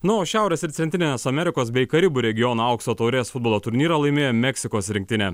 na o šiaurės ir centrinės amerikos bei karibų regiono aukso taurės futbolo turnyrą laimėjo meksikos rinktinė